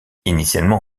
initialement